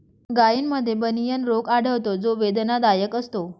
गायींमध्ये बनियन रोग आढळतो जो वेदनादायक असतो